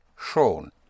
Schon